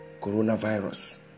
coronavirus